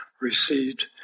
received